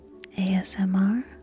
ASMR